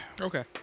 Okay